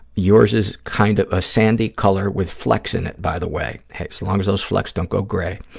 yours is kind of a sandy color with flecks in it, by the way. hey, as long as those flecks don't go gray.